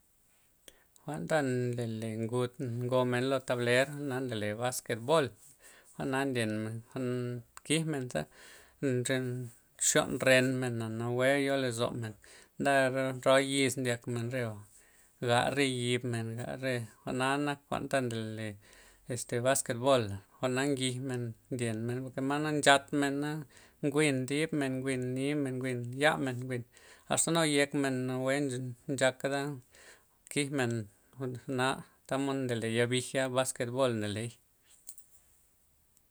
Jwa'nta ndele ngud ngomen lo tabler jwa'na ndole basketbol, jwa'na ndyen men. jwa'n, kigmen za, msa xyon ren men na, za nawe yo lozo men, nda roa re yiz ndyak men reba', ga re yibmen, ga re, jwa'na nak jwa'n ndole este basketbola', jwa'na ngij men ndyen men por ke' na nchat men na', nwin dib men, nwin ni' men, nwin ya'men, hasta nu yek men nawe nchaka' za kigmen jwa'na, tamod ndole ya'bija' basketbol ndoley'